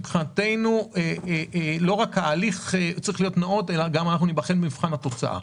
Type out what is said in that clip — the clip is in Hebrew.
מבחינתנו לא רק ההליך צריך להיות נאות אלא אנחנו ניבחן גם במבחן התוצאה.